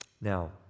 Now